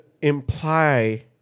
imply